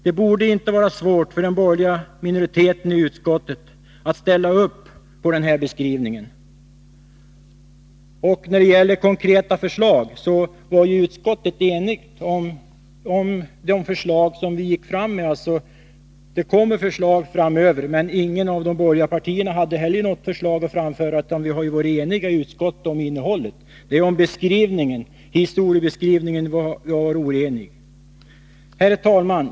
Det borde inte vara svårt för den borgerliga minoriteten i utskottet att ställa upp på den här beskrivningen. När det gäller de konkreta förslagen var utskottet enigt om det som vi gick fram med, och det kommer förslag framöver. Inget av de borgerliga partierna har heller haft ett förslag att framföra. Vi har ju varit eniga i utskottet om innehållet — det är i fråga om historieskrivningen som det skiljer sig. Herr talman!